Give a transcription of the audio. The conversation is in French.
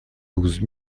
douze